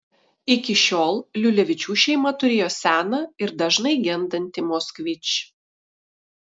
iki šiol liulevičių šeima turėjo seną ir dažnai gendantį moskvič